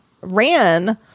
ran –